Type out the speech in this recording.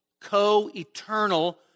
co-eternal